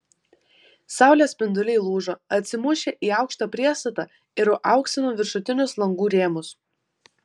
saulės spinduliai lūžo atsimušę į aukštą priestatą ir auksino viršutinius langų rėmus